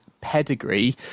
pedigree